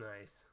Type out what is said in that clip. Nice